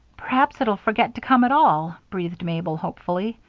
perhaps it'll forget to come at all, breathed mabel, hopefully.